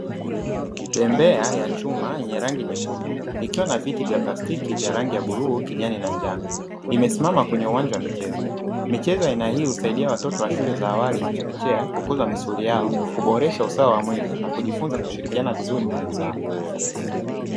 Bembea ya chuma ya rangi nyekundu ikiwa na viti vya plastiki vya rangi ya bluu kijani na njaa nimesimama kwenye uwanja wa michezo aina hii husaidia watoto wa shule za awali na chekechea kukuza misuli yao kuboresha usawa wa mwili na kujifunza kushirikiana vizuri na wenzao.